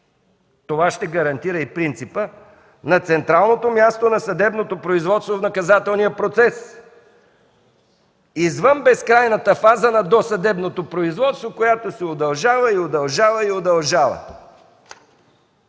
Това ще гарантира и принципа на централното място на съдебното производство в наказателния процес, извън безкрайната фаза на досъдебното производство, която се удължава и удължава, и удължава.